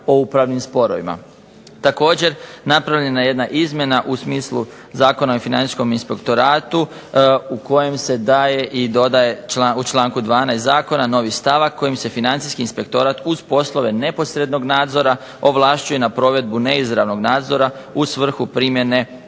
o upravnim sporovima. Također napravljena je jedna izmjena u smislu Zakona o financijskom inspektoratu, u kojem se daje i dodaje u članku 12. zakona novi stavak, kojim se financijski inspektorat uz poslove neposrednog nadzora ovlašćuje na provedbu neizravnog nadzora, u svrhu primjene pristupa